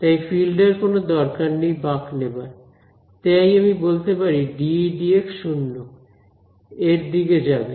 তাই ফিল্ড এর কোন দরকার নেই বাঁক নেবার তাই আমি বলতে পারি dEdx 0 এর দিকে যাবে